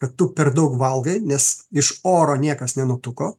kad tu per daug valgai nes iš oro niekas nenutuko